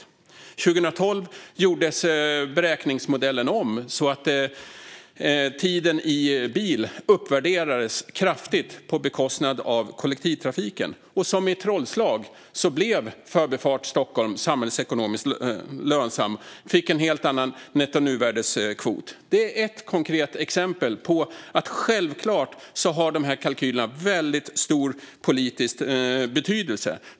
Men 2012 gjordes beräkningsmodellen om, så att tiden i bil kraftigt uppvärderades på bekostnad av kollektivtrafiken. Som i ett trollslag blev Förbifart Stockholm samhällsekonomiskt lönsam och fick en helt annan nettonuvärdeskvot. Detta är ett konkret exempel på att dessa kalkyler självklart har väldigt stor politisk betydelse.